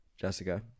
Jessica